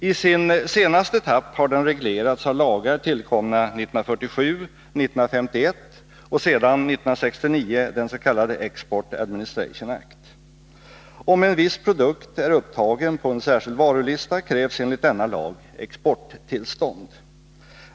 I sin senaste etapp har den reglerats av lagar tillkomna 1947 och 1951 och sedan 1969 av den s.k. Export Administration Act. Om en viss produkt är upptagen på en särskild varulista krävs enligt denna lag exporttillstånd.